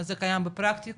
אז זה קיים בפרקטיקה,